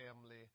family